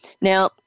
Now